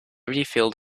refilled